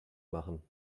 machen